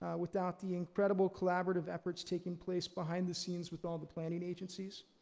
without the incredible collaborative efforts taking place behind the scenes with all the planning agencies.